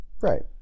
Right